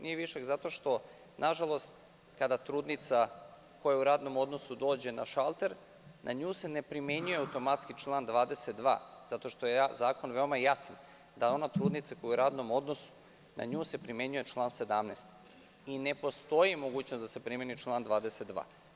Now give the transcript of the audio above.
Nije višak zato što, nažalost, kada trudnica koja je u radnom odnosu dođe na šalter, na nju se ne primenjuje automatski član 22. zato što je zakon veoma jasan, da ona trudnica koja je u radnom odnosu na nju se primenjuje član 17. i ne postoji mogućnost da se primeni član 22.